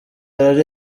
ari